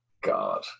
God